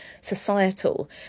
societal